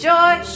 Joy